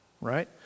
right